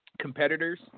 competitors